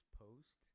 post